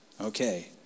Okay